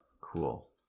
Cool